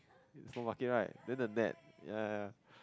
supermarket right then the net ya ya